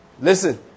Listen